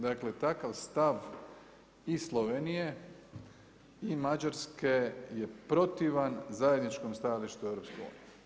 Dakle, takav stav i Slovenije i Mađarske je protivan zajedničkom stajalištu EU.